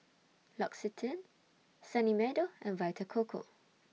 L'Occitane Sunny Meadow and Vita Coco